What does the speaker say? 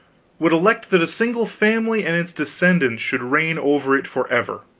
would elect that a single family and its descendants should reign over it forever,